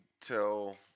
tell